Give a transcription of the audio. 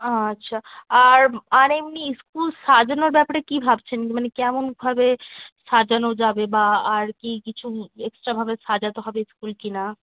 আচ্ছা আর আর এমনি স্কুল সাজানোর ব্যাপারে কি ভাবছেন মানে কেমনভাবে সাজানো যাবে বা আর কি কিছু এক্সট্রাভাবে সাজাতে হবে স্কুল কি না